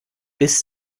bis